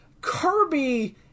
Kirby